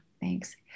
Thanks